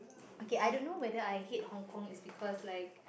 okay I don't know whether I hate Hong-Kong it's because like